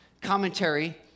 commentary